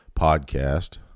podcast